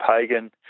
Pagan